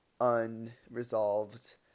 unresolved